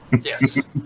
Yes